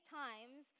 times